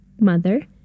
mother